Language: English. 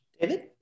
David